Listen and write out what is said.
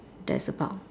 that's about